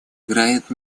играет